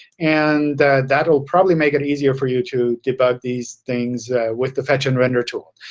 and that'll probably make it easier for you to debug these things with the fetch and render tool.